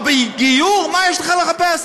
אבל בגיור מה יש לך לחפש?